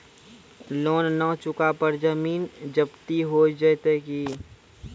Loan न चुका पर जमीन जब्ती हो जैत की?